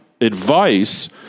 advice